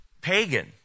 pagan